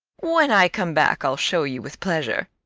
when i come back i'll show you with pleasure.